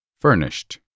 Furnished